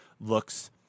looks